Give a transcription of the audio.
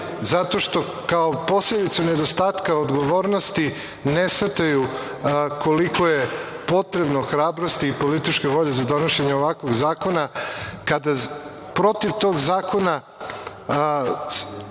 zato što kao posledicu nedostatka odgovornosti ne shvataju koliko je potrebno hrabrosti i političke volje za donošenje ovakvog zakona kada protiv tog zakona